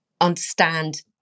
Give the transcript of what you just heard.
understand